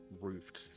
roofed